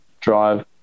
drive